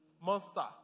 monster